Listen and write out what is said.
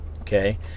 Okay